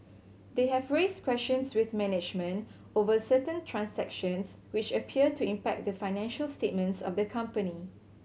they have raised questions with management over certain transactions which appear to impact the financial statements of the company